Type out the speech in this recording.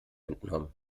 entnommen